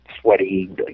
sweaty